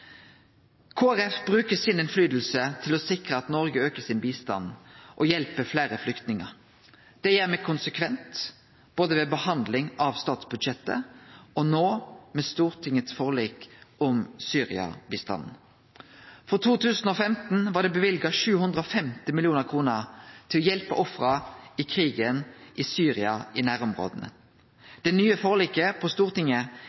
bruker påverknaden sin til å sikre at Noreg aukar bistanden og hjelper fleire flyktningar. Det gjer me konsekvent, både ved behandling av statsbudsjettet og no, med forliket i Stortinget om Syria-bistanden. For 2015 var det løyvd 750 mill. kr til å hjelpe ofra i krigen i Syria i nærområda. Det nye forliket på Stortinget